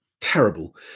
terrible